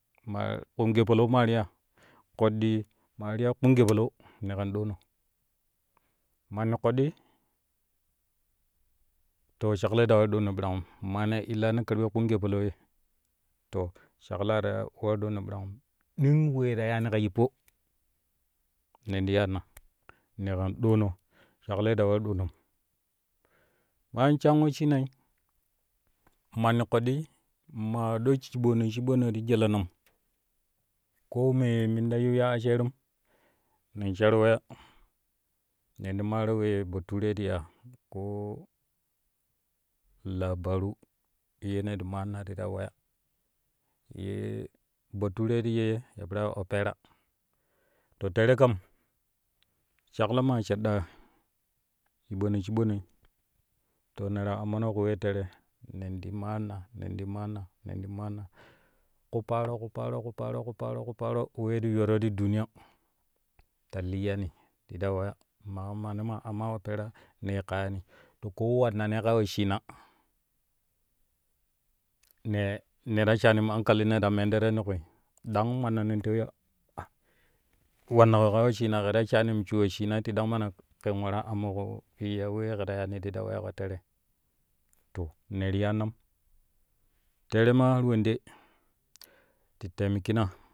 Ma kpumu ge palau maa ti ya koɗɗii ma ti ya kpumu gee palau ne kan ɗoono manni koɗɗi to shakloi ta waru ɗoono ɓirangum mane illano karɓe kpumu gee palau ye to shaklo ta war ɗoona ɓirangum ɗing wee ta yaani ka yippo nen ti yaanna ne kan ɗoono shakloi ta war ɗoonom bayan shan wesshinai mann koɗɗi ma ɗo shibono shiɓono ti jelenom ko me mun ta ya asherum nen shar weya nen ti maaro wee bature ti ya labaru yeno ti maanna ta weya ye bature te ye yapera opera to tere kam shaklo ma shaɗɗaa shiɓono shiɓono to ne te ammono ƙu wee tere nen ti maanna nen ti maanna nen ti maanna ku paaro ku paaro ku paaro ku paaro ku paaro we ti yooro ti duniya ta liyyani ti ta weya maƙo manooma amma opera ne yikka yaani to koo wannanoi ka wesshina ne ne ta shaanim hankalinoi ta menneden ti kwim dang mannanon twei ya a wannako ka wesshina ke ta shaanim shu wesshina tidang mana ken waraa ammoko ku ya we ke tuƙu yaani ta weyaƙo tere to ne ti yaannam tere maa har wende te taimikina.